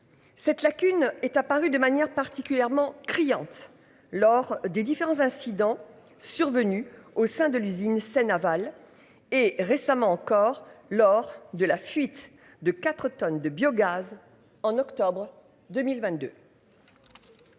Cette lacune est apparu de manière particulièrement criante lors des différents incidents survenus au sein de l'usine Seine Aval et récemment encore lors de la fuite de 4 tonnes de biogaz en octobre 2022.